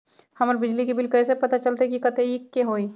हमर बिजली के बिल कैसे पता चलतै की कतेइक के होई?